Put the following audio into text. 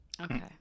Okay